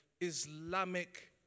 Islamic